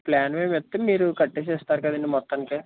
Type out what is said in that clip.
plan మేము చెబితే మీరు కట్టేసి ఇస్తారు కదండి మొత్తానికి